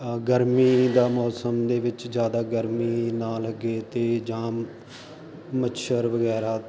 ਗਰਮੀ ਦਾ ਮੌਸਮ ਦੇ ਵਿੱਚ ਜਿਆਦਾ ਗਰਮੀ ਨਾ ਲੱਗੇ ਤੇ ਜਾ ਮੱਛਰ ਵਗੈਰਾ